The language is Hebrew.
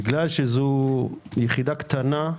בגלל שזו יחידה קטנה,